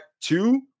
two